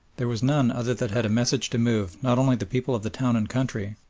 there was none other that had a message to move, not only the people of the town and country,